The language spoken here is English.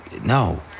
No